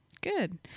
good